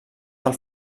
del